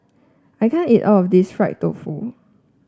I can't eat all of this Fried Tofu